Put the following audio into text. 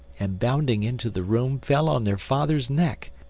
and bounding into the room fell on their father's neck.